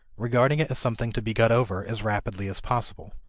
regarding it as something to be got over as rapidly as possible.